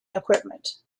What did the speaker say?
equipment